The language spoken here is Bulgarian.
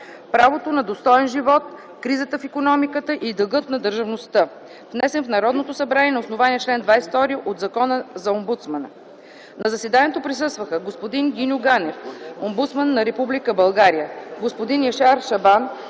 „Правото на достоен живот, кризата в икономиката и дългът на държавността”, внесен в Народното събрание на основание чл. 22 от Закона за омбудсмана. На заседанието присъстваха господин Гиньо Ганев – омбудсман на Република България, господин Яшар Шабан